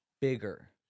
bigger